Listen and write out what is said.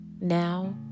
Now